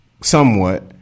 somewhat